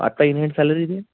आता in hand salary किती आहे